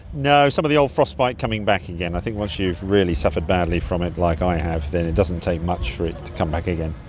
no, some of the old frostbite coming back again. i think once you've really suffered badly from it like i have, then it doesn't take much for it to come back again.